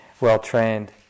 well-trained